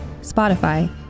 Spotify